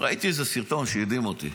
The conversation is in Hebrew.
ראיתי איזה סרטון שהדהים אותי.